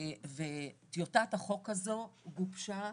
טיוטת החוק הזו גובשה,